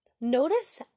Notice